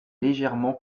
légèrement